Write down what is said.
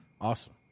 awesome